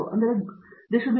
ಅದು ಹೆಚ್ಚು ಮುಖ್ಯವಾಗಿದೆ